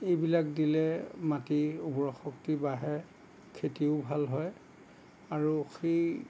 এইবিলাক দিলে মাটি উৰ্বৰ শক্তি বাঢ়ে খেতিও ভাল হয় আৰু সেই